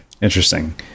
Interesting